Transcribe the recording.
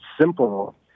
simple